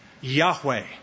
Yahweh